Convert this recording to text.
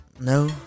No